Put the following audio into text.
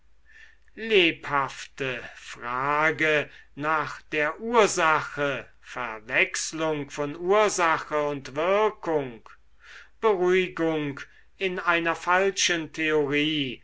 lebhafte frage nach der ursache verwechselung von ursache und wirkung beruhigung in einer falschen theorie